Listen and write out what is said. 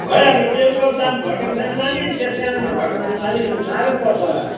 खै अब तेलको दाम घटेको छैन नानी त्यस कारण घटाउनु अलि साह्रो पो पर्छ होला